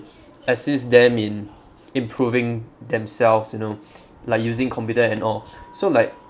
assist them in improving themselves you know like using computer and all so like